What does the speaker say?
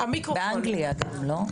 באנגליה גם לא?